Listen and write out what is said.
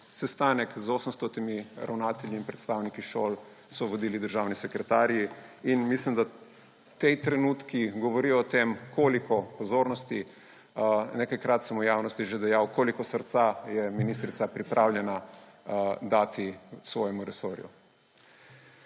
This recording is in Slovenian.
Sestanek z 800 ravnatelji in predstavniki šol so vodili državni sekretarji. Mislim, da ti trenutki govorijo o tem, koliko pozornosti – nekajkrat sem v javnosti to že dejal – koliko srca je ministrica pripravljena dati svojemu resorju.